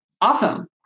Awesome